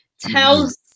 tells